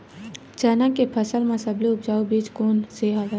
चना के फसल म सबले उपजाऊ बीज कोन स हवय?